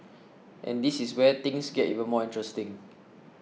and this is where things get even more interesting